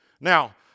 Now